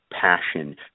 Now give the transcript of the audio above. passion